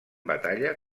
batalla